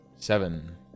Seven